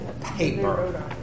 paper